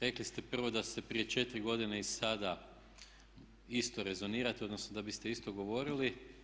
Rekli ste prvo da se prije 4 godine i sada isto rezonira, odnosno da biste isto govorili.